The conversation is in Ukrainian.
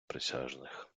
присяжних